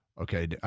Okay